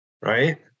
right